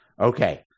Okay